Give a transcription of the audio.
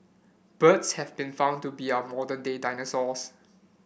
birds have been found to be our modern day dinosaurs